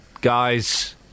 guys